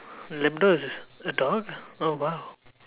Labrador is a dog oh !wow!